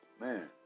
Man